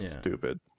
stupid